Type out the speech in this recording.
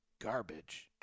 garbage